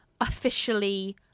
officially